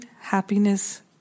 happiness